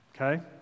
Okay